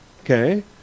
Okay